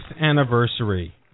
anniversary